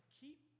keep